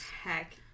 Heck